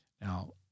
Now